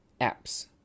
apps